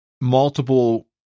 Multiple